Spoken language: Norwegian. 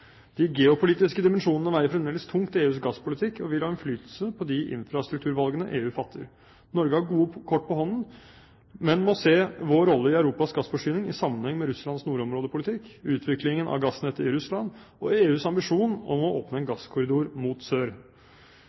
De geopolitiske dimensjonene veier fremdeles tungt i EUs gasspolitikk, og vil ha innflytelse på de infrastrukturvalgene EU fatter. Norge har gode kort på hånden, men vi må se vår rolle i Europas gassforsyning i sammenheng med Russlands nordområdepolitikk, utviklingen av gassnettet i Russland og EUs ambisjon om å åpne en gasskorridor mot sør.